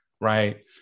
right